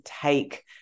take